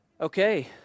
okay